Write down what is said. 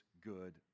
good